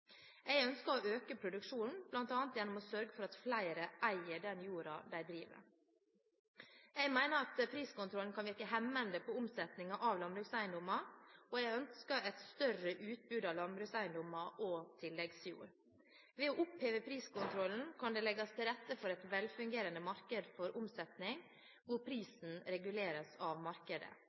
Jeg ønsker å øke produksjonen bl.a. gjennom å sørge for at flere eier den jorda de driver. Jeg mener at priskontrollen kan virke hemmende på omsetningen av landbrukseiendommer, og jeg ønsker et større utbud av landbrukseiendommer og tilleggsjord. Ved å oppheve priskontrollen kan det legges til rette for et velfungerende marked for omsetning, hvor prisen reguleres av markedet.